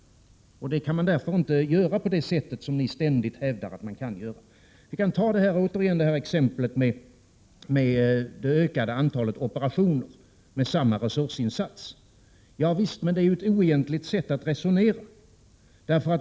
Det kan man därför inte göra på det sätt som ni ständigt hävdar att man kan göra. Ta exemplet med det ökade antalet operationer med samma resursinsats! Det är ju ett oegentligt sätt att resonera.